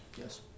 Yes